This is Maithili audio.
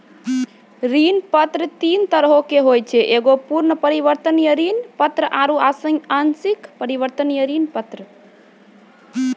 ऋण पत्र तीन तरहो के होय छै एगो पूर्ण परिवर्तनीय ऋण पत्र आरु आंशिक परिवर्तनीय ऋण पत्र